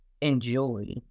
enjoy